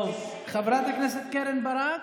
טוב, חברת הכנסת קרן ברק,